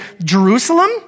Jerusalem